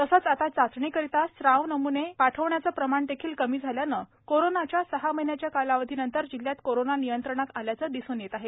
तसेच आता चाचणीकरिता स्त्रावनमूने पाठविण्याचेही प्रमाण कमी झाल्याने सहा महिन्याच्या कालावधी नंतर जिल्ह्यात कोरोना नियंत्रणात आल्याचे दिसून येत आहे